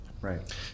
Right